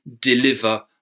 deliver